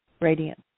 radiant